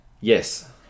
yes